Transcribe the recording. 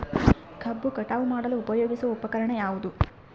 ಕಬ್ಬು ಕಟಾವು ಮಾಡಲು ಉಪಯೋಗಿಸುವ ಉಪಕರಣ ಯಾವುದು?